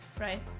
right